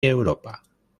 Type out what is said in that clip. europa